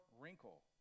wrinkle